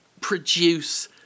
produce